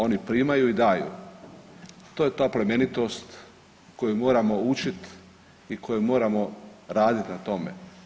Oni primaju i daju, to je ta plemenitost koju moramo učit i koju moramo radit na tome.